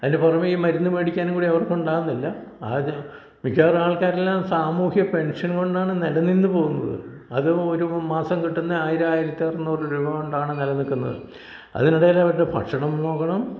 അതിന്റെ പുറമേ ഈ മരുന്ന് മേടിക്കാനും കൂടെ അവർക്കുണ്ടാവുന്നില്ല ആ മിക്കവാറും ആൾക്കാരെല്ലാം സാമൂഹ്യ പെൻഷൻ കൊണ്ടാണ് നിലനിന്ന് പോകുന്നത് അതും ഒരു മാസം കിട്ടുന്ന ആയിരം ആയിരത്തി അറുനൂറ് രൂപ കൊണ്ടാണ് നിലനിൽക്കുന്നത് അതിനിടയിൽ അവരുടെ ഭക്ഷണം നോക്കണം